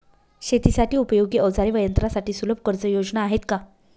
शेतीसाठी उपयोगी औजारे व यंत्रासाठी सुलभ कर्जयोजना आहेत का?